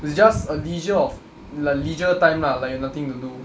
it's just a leisure of le~ leisure time lah like nothing to do